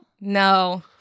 No